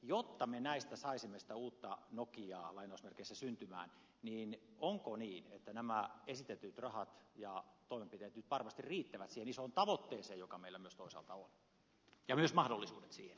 jotta me näistä saisimme sitä uutta nokiaa syntymään niin onko niin että nämä esitetyt rahat ja toimenpiteet nyt varmasti riittävät siihen isoon tavoitteeseen joka meillä myös toisaalta on ja myös mahdollisuudet siihen